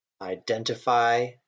Identify